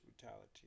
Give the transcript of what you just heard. brutality